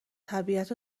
طبیعت